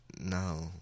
no